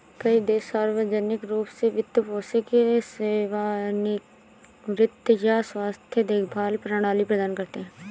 कई देश सार्वजनिक रूप से वित्त पोषित सेवानिवृत्ति या स्वास्थ्य देखभाल प्रणाली प्रदान करते है